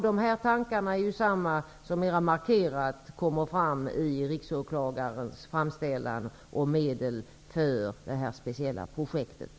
Dessa tankar är delvis desamma som mera markerat kommer fram i riksåklagarens framställan om medel för det här speciella projektet.